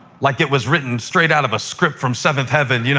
like it was written straight out of a script from seventh heaven, you know